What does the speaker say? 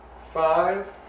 Five